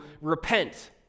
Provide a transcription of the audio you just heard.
repent